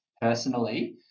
personally